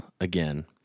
again